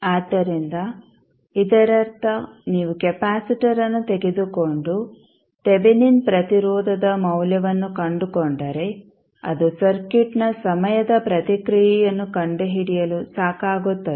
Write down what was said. ಆದ್ದರಿಂದ ಇದರರ್ಥ ನೀವು ಕೆಪಾಸಿಟರ್ಅನ್ನು ತೆಗೆದುಕೊಂಡು ತೆವೆನಿನ್ ಪ್ರತಿರೋಧದ ಮೌಲ್ಯವನ್ನು ಕಂಡುಕೊಂಡರೆ ಅದು ಸರ್ಕ್ಯೂಟ್ನ ಸಮಯದ ಪ್ರತಿಕ್ರಿಯೆಯನ್ನು ಕಂಡುಹಿಡಿಯಲು ಸಾಕಾಗುತ್ತದೆ